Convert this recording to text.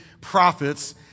prophets